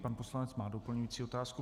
Pan poslanec má doplňující otázku.